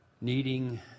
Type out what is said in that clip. needing